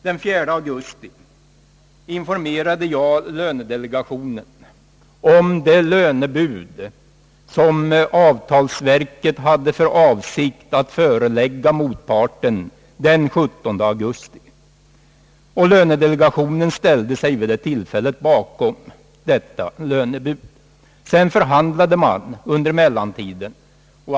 Den 4 augusti informerade jag lönedelegationen om det lönebud som avtalsverket hade för avsikt att förelägga motparten den 17 augusti. Lönedelegationen ställde sig vid det tillfället bakom detta lönebud. Under den följande tiden förhandlade man.